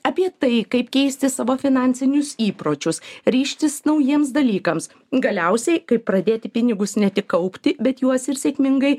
apie tai kaip keisti savo finansinius įpročius ryžtis naujiems dalykams galiausiai kaip pradėti pinigus ne tik kaupti bet juos ir sėkmingai